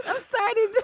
ah society